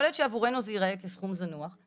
יכול להיות שעבורנו זה ייראה כסכום זניח,